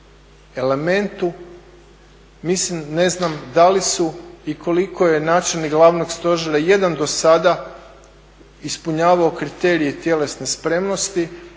elementu. Ne znam da li su i koliko je načelnik glavnog stožera jedan do sada ispunjavao kriterije tjelesne spremnosti,